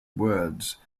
words